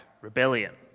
rebellion